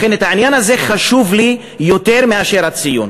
לכן העניין הזה חשוב יותר מאשר הציון.